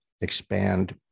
expand